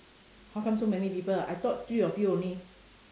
how come so many people I thought three of you only